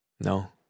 No